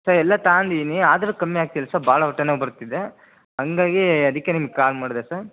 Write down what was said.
sir ಎಲ್ಲ ತಾಂಡಿದೀನಿ ಆದರೂ ಕಮ್ಮಿ ಆಗ್ತಿಲ್ಲ ಸರ್ ಭಾಳ ಹೊಟ್ಟೆ ನೋವು ಬರ್ತಿದೆ ಹಾಗಾಗೀ ಅದಕ್ಕೆ ನಿಮಗೆ ಕಾಲ್ ಮಾಡಿದೆ ಸರ್